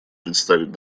представить